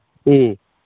ꯎꯝ